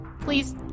Please